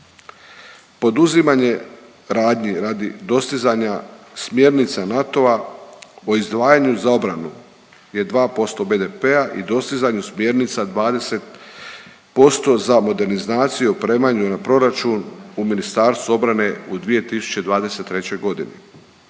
Poduzimanje radnji radi dostizanja smjernica NATO-a o izdvajanju za obranu je 2% BDP-a i dostizanju smjernica 20% za modernizaciju, opremanju na proračun u Ministarstvu obrane u 2023. godini.